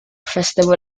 festival